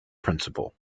principal